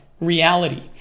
reality